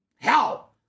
hell